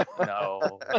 No